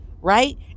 right